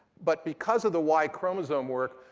but because of the y chromosome work,